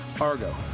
Argo